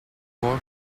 more